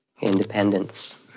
Independence